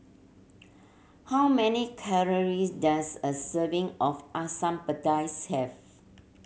how many calory does a serving of Asam Pedas have